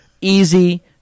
easy